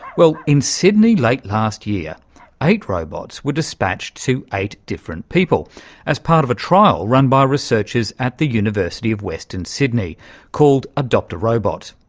well, in sydney late last year eight robots were despatched to eight different people as part of a trial run by researchers at the university of western sydney called adopt-a-robot.